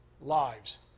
lives